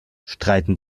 streiten